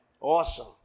Awesome